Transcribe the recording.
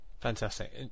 Fantastic